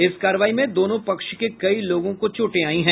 इस कार्रवाई में दोनों पक्ष के कई लोगों को चोटें आयी है